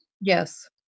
Yes